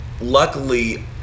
luckily